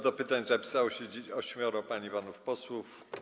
Do pytań zapisało się ośmioro pań i panów posłów.